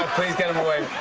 please get him away.